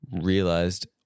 realized